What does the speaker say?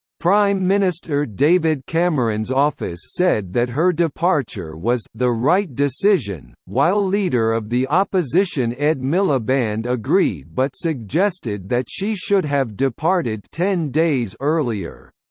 prime minister david cameron's office said that her departure was the right decision, while leader of the opposition ed miliband agreed but suggested that she should have departed ten days earlier.